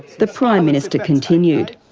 the prime minister continued.